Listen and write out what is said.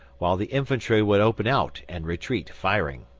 while the infantry would open out and retreat, firing.